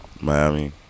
Miami